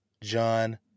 John